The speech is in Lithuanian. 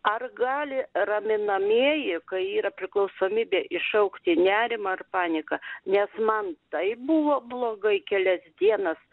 ar gali raminamieji kai yra priklausomybė iššaukti nerimą ar paniką nes man taip buvo blogai kelias dienas